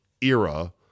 Era